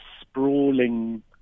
sprawling